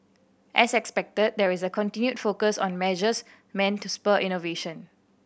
as expected there is a continued focus on measures meant to spur innovation